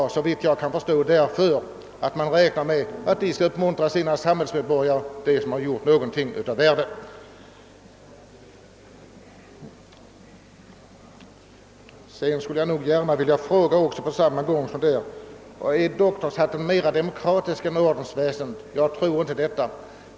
Såvitt jag kan förstå därför att man räknat med att därigenom uppmuntra sådana samhällsmedborgare som har uträttat någonting av värde. Och jag skulle vilja fråga: Är doktorshatten mer demokratisk än en orden? Jag tror inte det.